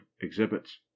exhibits